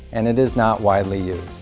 and it is not widely used.